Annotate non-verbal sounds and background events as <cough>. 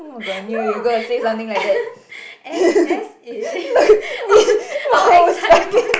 <laughs> no not <laughs> as as in our own excitement